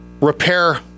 repair